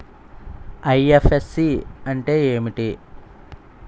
IFSC అంటే ఏమిటి?